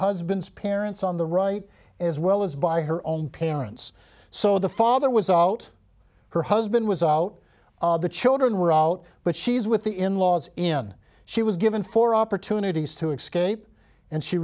husband's parents on the right as well as by her own parents so the father was out her husband was out the children were out but she's with the in laws in she was given for opportunities to excavate and she